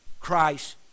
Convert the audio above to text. Christ